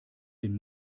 den